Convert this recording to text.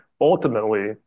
ultimately